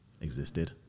existed